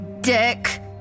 Dick